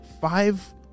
five